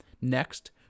Next